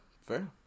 fair